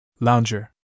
Lounger